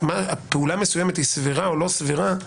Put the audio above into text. פעולה מסוימת היא סבירה או לא סבירה,